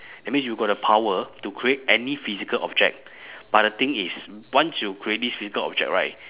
that means you got the power to create any physical object but the thing is once you create this physical object right